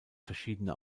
verschiedene